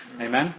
Amen